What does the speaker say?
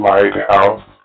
Lighthouse